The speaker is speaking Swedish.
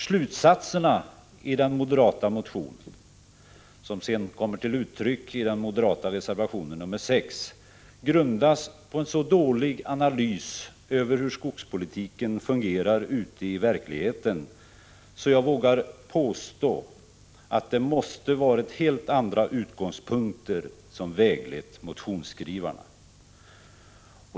Slutsatserna i den moderata motionen, som sedan kommer till uttryck i den moderata reservationen nr 6, grundas på en så dålig analys av hur skogspolitiken fungerar ute i verkligheten att jag vågar påstå att det måste ha varit helt andra utgångspunkter som väglett motionsskrivarna.